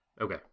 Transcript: okay